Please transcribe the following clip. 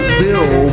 bill